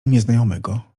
nieznajomego